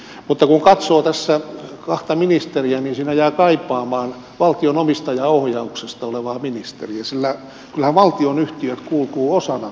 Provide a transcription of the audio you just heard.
mutta kun katsoo tässä kahta ministeriä niin siinä jää kaipaamaan valtion omistajaohjauksesta vastaavaa ministeriä sillä kyllähän valtionyhtiöt kuuluvat osana elinkeinopolitiikkaan